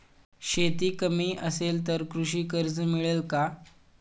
शेती कमी असेल तर कृषी कर्ज मिळेल का?